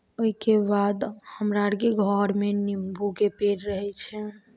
ओहिके बाद हमरा अरके घरमे निम्बूके पेड़ रहै छै